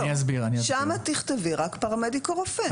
שם תכתבי רק פרמדיק או רופא.